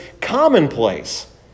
commonplace